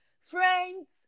friends